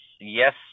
yes